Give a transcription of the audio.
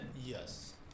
Yes